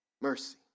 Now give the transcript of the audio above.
Mercy